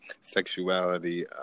sexuality